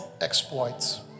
exploits